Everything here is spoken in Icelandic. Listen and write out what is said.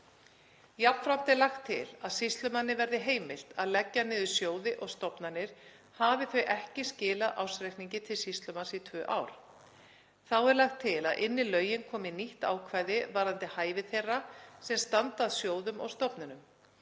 Jafnframt er lagt til að sýslumanni verði heimilt að leggja niður sjóði og stofnanir hafi þau ekki skilað ársreikningi til sýslumanns í tvö ár. Þá er lagt til að inn í lögin komi nýtt ákvæði varðandi hæfi þeirra sem standa að sjóðum og stofnunum.